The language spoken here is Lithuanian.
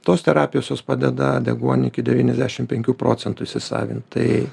tos terapijos jos padeda deguonį iki devyniasdešim penkių procentų įsisavint tai